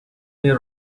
year